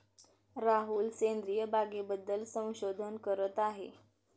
राहुल सेंद्रिय बागेबद्दल संशोधन करत आहे